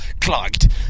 clogged